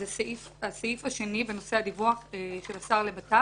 זה הסעיף השני בנושא הדיווח של השר לביטחון הפנים.